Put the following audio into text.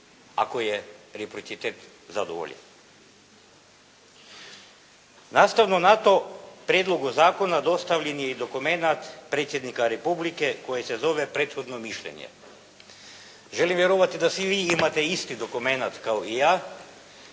ako je reprocitet zadovoljen? Nastavno na to, prijedlogu zakona dostavljen je i dokumenat Predsjednika Republike koji se zove prethodno mišljenje. Želim vjerovati da svi vi imate isti dokumenat kao i ja,